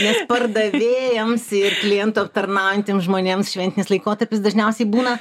nes pardavėjams ir klientų aptarnaujantiems žmonėms šventinis laikotarpis dažniausiai būna